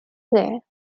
there